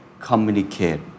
communicate